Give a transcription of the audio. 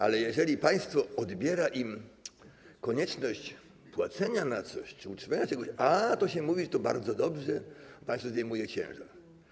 Ale jeżeli państwo odbiera im konieczność płacenia na coś czy utrzymania czegoś, to się mówi, że to bardzo dobrze, że państwo zdejmuje ciężar.